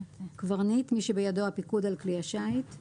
"קברניט" - מי שבידו הפיקוד על כלי השיט;